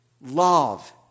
Love